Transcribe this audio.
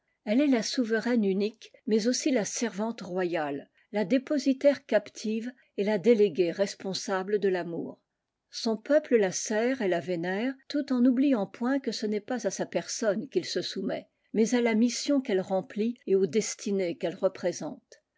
elle est la se veraine unique mais aussi la servante royale la dépositaire captive et la déléguée responsable de tamour son peuple la sert et la vénère tout en n'oubliant point que ce n'est pas à sa personne qu il se soumet mais à la mission qu'elle remplit et aux destinées qu'elle représente